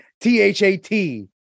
T-H-A-T